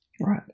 Right